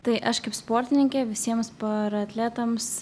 tai aš kaip sportininkė visiems paratletams